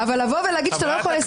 בוודאי.